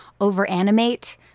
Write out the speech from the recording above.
overanimate